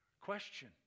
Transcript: Question